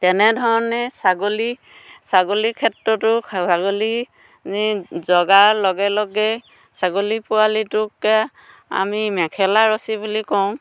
তেনেধৰণে ছাগলী ছাগলীৰ ক্ষেত্ৰতো ছাগলী জগাৰ লগে লগে ছাগলী পোৱালিটোকে আমি মেখেলা ৰচি বুলি কওঁ